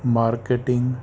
marketing